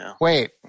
Wait